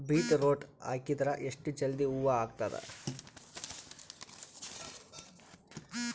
Beetroot ಹಾಕಿದರ ಎಷ್ಟ ಜಲ್ದಿ ಹೂವ ಆಗತದ?